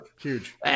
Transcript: huge